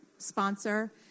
sponsor